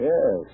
Yes